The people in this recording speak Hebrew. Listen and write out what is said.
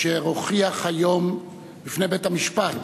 שהוכיח היום בפני בית-המשפט